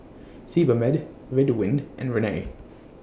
Sebamed Ridwind and Rene